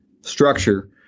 structure